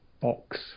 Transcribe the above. box